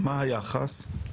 מה היחס?